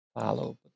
follow